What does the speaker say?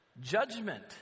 Judgment